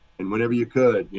and whenever you could, you